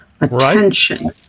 attention